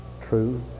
true